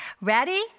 Ready